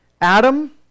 Adam